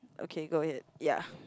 okay go ahead ya